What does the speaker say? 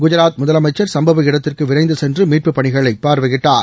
குஜராத் முதலமைச்சர் சம்பவ இடத்திற்கு விரைந்து சென்று மீட்புப் பணிகளை பார்வையிட்டார்